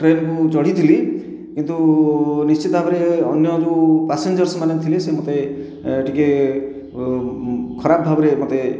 ଟ୍ରେନ୍କୁ ଚଢ଼ିଥିଲି କିନ୍ତୁ ନିଶ୍ଚିତ ଭାବରେ ଅନ୍ୟ ଯେଉଁ ପାସେଞ୍ଜର ମାନେ ଥିଲେ ସେ ମତେ ଟିକେ ଖରାପ ଭାବରେ ମତେ